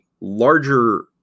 larger